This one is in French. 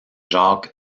jacques